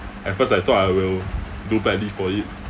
at first I thought I will do badly for it